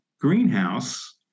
greenhouse